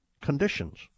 conditions